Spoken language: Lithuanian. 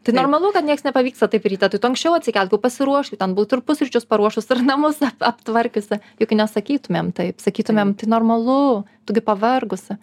tai normalu kad nieks nepavyksta taip ryte tai tu anksčiau atsikelk jau pasiruošk ten būtų ir pusryčius paruošus ar namus ap aptvarkiusi juk nesakytumėm taip sakytumėm tai normalu tu gi pavargusi